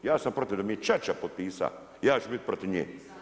Ja sam protiv da mi je ćaća potpisa, ja ću bit protiv nje.